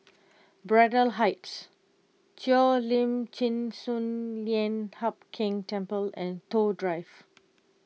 Braddell Heights Cheo Lim Chin Sun Lian Hup Keng Temple and Toh Drive